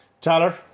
Tyler